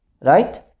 Right